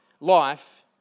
life